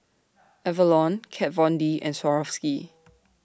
Avalon Kat Von D and Swarovski